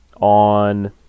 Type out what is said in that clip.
on